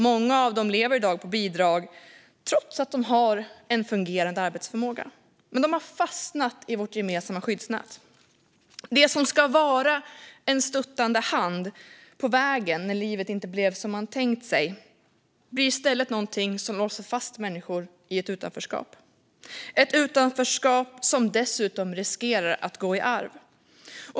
Många av dem lever i dag på bidrag trots att de har en fungerande arbetsförmåga. De har fastnat i vårt gemensamma skyddsnät. Det som ska vara en stöttande hand på vägen när livet inte blev som man tänkt sig blir i stället något som låser fast människor i ett utanförskap. Det är ett utanförskap som dessutom riskerar att gå i arv.